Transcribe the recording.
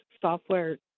software